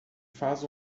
faz